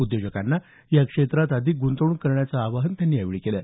उद्योजकांना या क्षेत्रात अधिक गुंतवणूक करण्याचं आवाहन त्यांनी यावेळी केलं